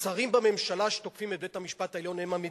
שרים בממשלה שתוקפים את בית-המשפט העליון הם המדינה,